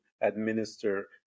administer